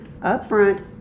upfront